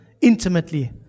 intimately